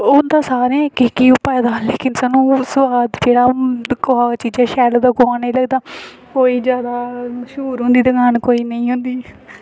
होंदा सारें ओह् इक्क इक्क पाए दा पर ओह् सोआद जेह्ड़ा कुसै चीज़ै ई शैल लगदा कुसै गी नेईं कोई जादै मशहूर होंदी दुकान कोई नेईं होंदी